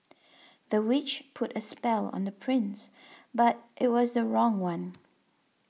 the witch put a spell on the prince but it was the wrong one